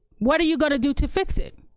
what are you gonna do to fix it?